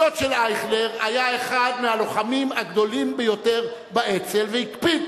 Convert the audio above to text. הדוד של אייכלר היה אחד מהלוחמים הגדולים ביותר באצ"ל והקפיד,